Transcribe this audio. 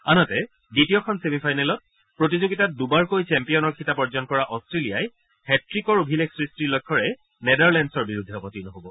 আনহাতে দ্বিতীয়খন ছেমিফাইনেলত প্ৰতিযোগিতাত দুবাৰকৈ চেম্পিয়নৰ খিতাপ অৰ্জন কৰা অট্টেলিয়াই হেটট্টিকৰ অভিলেখ সৃষ্টিৰ লক্ষ্যৰে নেডাৰলেণ্ডছৰ বিৰুদ্ধে অৱতীৰ্ণ হ'ব